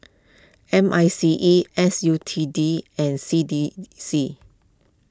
M I C E S U T D and C D C